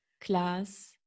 class